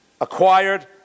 acquired